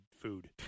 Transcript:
food